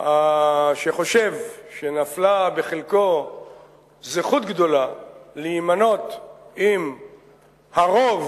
שחושב שנפלה בחלקו זכות גדולה, להימנות עם הרוב